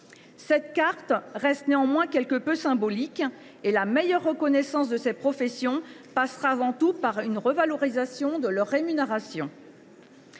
Cette carte reste néanmoins symbolique : la meilleure reconnaissance de ces professions passe avant tout par une revalorisation de leurs rémunérations.